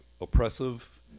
oppressive